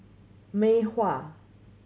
Mei Hua